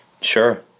Sure